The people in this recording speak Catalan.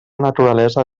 naturalesa